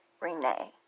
Renee